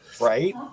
Right